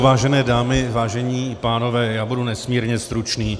Vážené dámy, vážení pánové, budu nesmírně stručný.